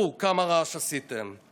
הו, כמה רעש עשיתם.